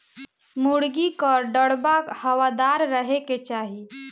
मुर्गी कअ दड़बा हवादार रहे के चाही